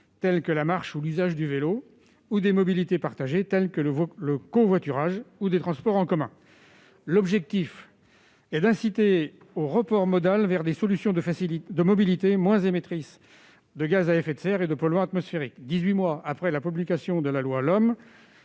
telles que la marche ou l'usage du vélo, des mobilités partagées, telles que le covoiturage, ou des transports en commun, de manière à inciter le consommateur au report modal vers des solutions de mobilité moins émettrices de gaz à effet de serre et de polluants atmosphériques. Dix-huit mois après la promulgation de la LOM,